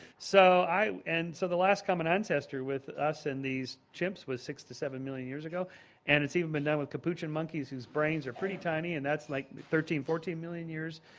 so and so the last common ancestor with us and these chimps was six to seven million years ago and it's even been done with capuchin monkeys whose brains are pretty tiny and that's like thirteen, fourteen million years.